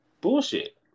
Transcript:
bullshit